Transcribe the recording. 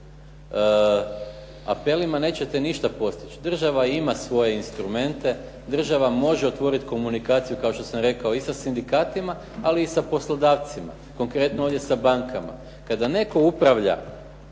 apelima nećete ništa postići. Država ima svoje instrumente, država može otvoriti komunikaciju kao što sam rekao i sa sindikatima, ali i sa poslodavcima, konkretno ovdje sa bankama. Kada netko upravlja